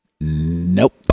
Nope